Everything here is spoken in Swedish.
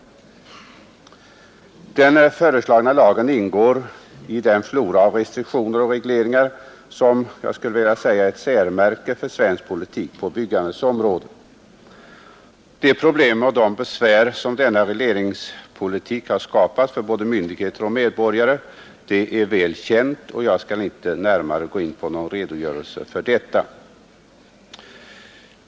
tillstånd m.m. Den föreslagna lagen ingår i den flora av restriktioner och regleringar som jag skulle vilja kalla ett särmärke för svensk politik på byggandets område. De problem och besvär som denna regleringspolitik har skapat för både myndigheter och medborgare är väl kända, och jag skall inte närmare gå in på någon redogörelse för detta.